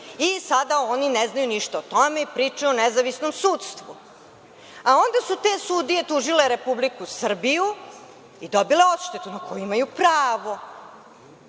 Sada oni ne znaju ništa o tome i pričaju o nezavisnom sudstvu. A onda su te sudije tužile Republiku Srbiju i dobile odštetu na koju imaju pravo. Gde